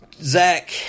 Zach